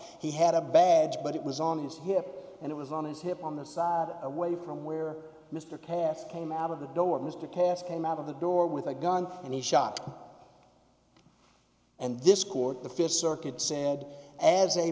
he had a badge but it was on his hip and it was on his hip on the side away from where mr path came out of the door mr cass came out of the door with a gun and he shot and this court the th circuit said as a